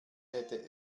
hätte